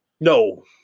No